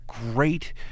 great